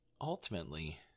ultimately